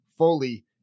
fully